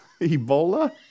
Ebola